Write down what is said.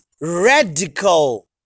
radical